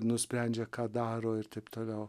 nusprendžia ką daro ir taip toliau